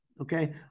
okay